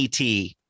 et